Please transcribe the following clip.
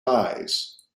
eyes